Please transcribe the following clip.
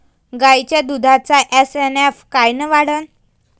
गायीच्या दुधाचा एस.एन.एफ कायनं वाढन?